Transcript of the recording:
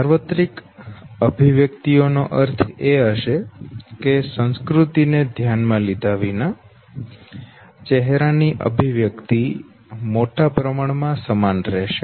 સાર્વત્રિક અભિવ્યક્તિઓનો અર્થ એ થશે કે સંસ્કૃતિ ને ધ્યાનમાં લીધા વિના ચહેરા ની અભિવ્યક્તિ મોટા પ્રમાણમાં સમાન રહેશે